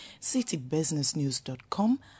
citybusinessnews.com